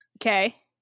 Okay